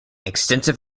extensive